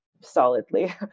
solidly